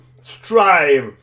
strive